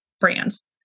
brands